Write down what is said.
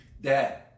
Dad